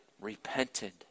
repented